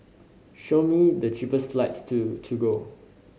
show me the cheapest flights to Togo